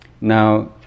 Now